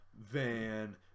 Van